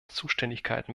zuständigkeiten